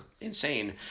insane